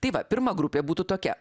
tai va pirma grupė būtų tokia